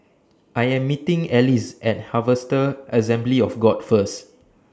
I Am meeting Alize At Harvester Assembly of God First